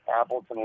Appleton